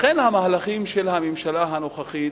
לכן המהלכים של הממשלה הנוכחית